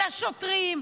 לשוטרים,